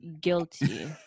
guilty